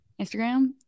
instagram